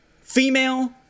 female